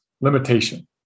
limitation